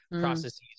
processes